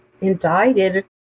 indicted